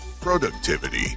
productivity